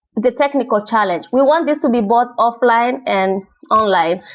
the technical challenge, we want this to be both offline and online,